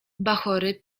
bachory